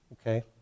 okay